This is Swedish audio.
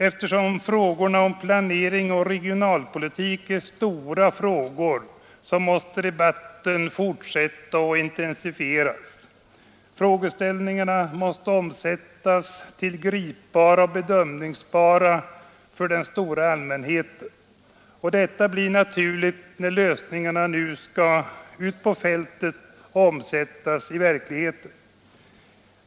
Eftersom frågorna om planering och regionalpolitik är stora, måste debatten fortsätta och även intensifieras. Frågeställningarna måste omsättas till att bli gripbara och bedömningsbara för den stora allmänheten. Detta blir naturligt när lösningarna nu skall omsättas i verkligheten ute på fältet.